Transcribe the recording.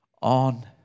on